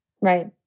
Right